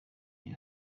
your